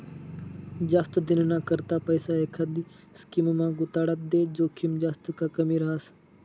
जास्त दिनना करता पैसा एखांदी स्कीममा गुताडात ते जोखीम जास्त का कमी रहास